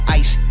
ice